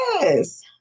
Yes